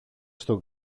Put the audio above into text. στον